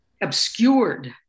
obscured